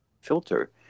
filter